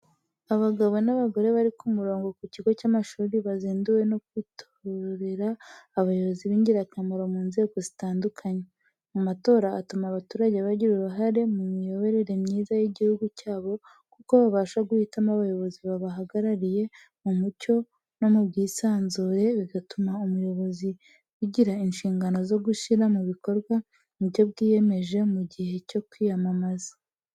Abagabo n'abagore bari ku murongo ku kigo cy'amashuri bazinduwe no kwitorera abayozi b'ingirakamaro mu nzego zitandukanye. Amatora atuma abaturage bagira uruhare mu miyoborere myiza y’igihugu cyabo kuko babasha guhitamo abayobozi babahagarariye mu mucyo no mu bwisanzure, bigatuma ubuyobozi bugira inshingano zo gushyira mu bikorwa ibyo bwiyemeje mu gihe cyo kwiyamamaza.